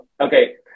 Okay